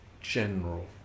general